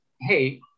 hey